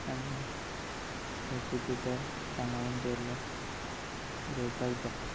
आनी ताचें तो सांबाळून दवरल्या दवरपाक जाय